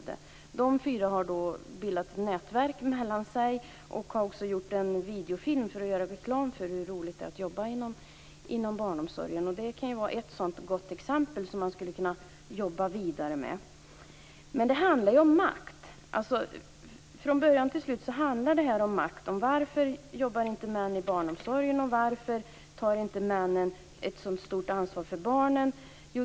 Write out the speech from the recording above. De fyra har bildat ett nätverk och har gjort en videofilm för att göra reklam för hur roligt det är att jobba inom barnomsorgen. Det kan vara ett gott exempel att jobba vidare med. Från början till slut handlar det hela om makt. Varför jobbar inte män i barnomsorgen? Varför tar inte männen ett så stort ansvar för barnen?